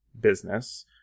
business